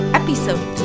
episode